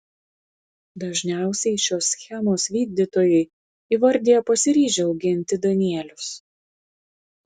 dažniausiai šios schemos vykdytojai įvardija pasiryžę auginti danielius